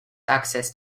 access